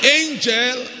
Angel